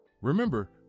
Remember